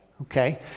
Okay